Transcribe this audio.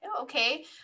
okay